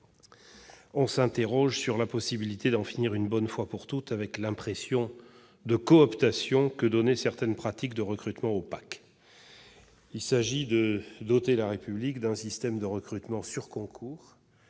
on s'interroge sur la possibilité d'en finir une bonne fois pour toutes avec l'impression de cooptation que donnaient certaines pratiques de recrutement opaques. Il s'agit de doter la République d'un système de recrutement sur concours,